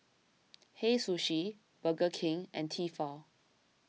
Hei Sushi Burger King and Tefal